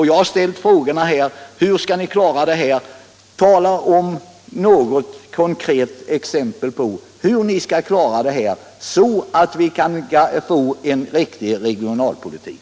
Jag har ställt frågor om hur ni skall klara det här och bett er ge något konkret exempel på det, så att vi kan få en riktig regionalpolitik.